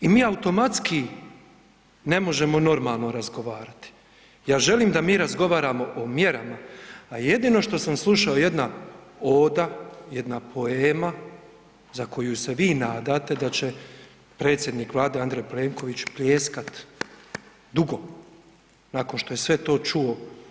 I mi automatski ne možemo normalno razgovarati, ja želim da mi razgovaramo o mjerama, a jedino što sam slušao jedna oda, jedna poema za koju se vi nadate da će predsjednik Vlade Andrej Plenković pljeskati dugo nakon što je sve to čuo.